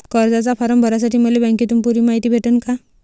कर्जाचा फारम भरासाठी मले बँकेतून पुरी मायती भेटन का?